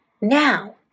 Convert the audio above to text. now